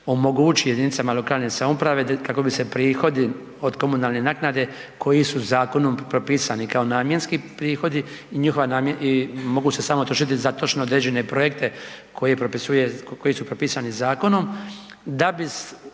omogući jedinicama lokalne samouprave kako bi se prihodi od komunalne naknade koji su zakonom propisani kao namjenski prihodi i njihova, i mogu se samo trošiti za točno određene projekte koje propisuje, koji su propisani zakonom, da bi